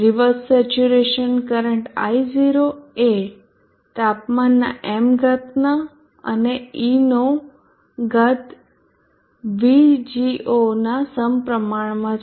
reverse saturation current I0 એ તાપમાનના m ઘાતના અને eનો ઘાત VGO ના સમપ્રમાણમાં છે